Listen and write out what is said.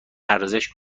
ارزش